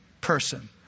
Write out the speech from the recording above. person